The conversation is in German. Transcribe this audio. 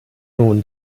nun